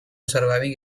surviving